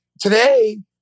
today